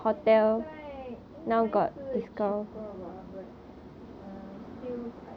现在应该是 cheaper bah but err still quite